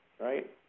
right